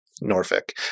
Norfolk